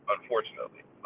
Unfortunately